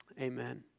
Amen